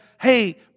hey